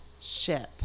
ship